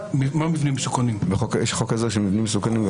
יש חוק עזר של מבנים מסוכנים.